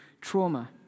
trauma